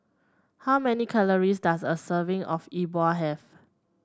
how many calories does a serving of Yi Bua have